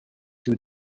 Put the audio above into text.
two